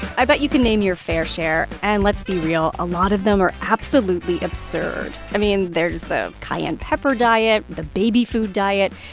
i bet you can name your fair share, and let's be real. a lot of them are absolutely absurd. i mean, there's the cayenne pepper diet, the baby food diet,